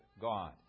God